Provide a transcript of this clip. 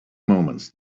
moments